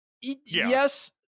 yes